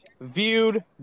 viewed